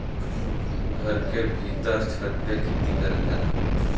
घर के भीत्तर छत पे खेती करल जाला